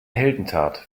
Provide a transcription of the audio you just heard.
heldentat